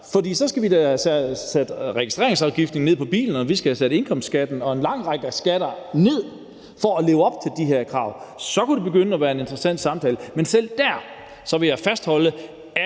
For så skal vi da have sat registreringsafgiften ned på bilerne, og vi skal have sat indkomstskatten og en lang række skatter ned for at leve op til de her krav. Så kunne det begynde at være en interessant samtale. Men selv der vil jeg fastholde,